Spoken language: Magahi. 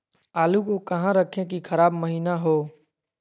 आलू को कहां रखे की खराब महिना हो?